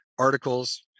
articles